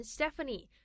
Stephanie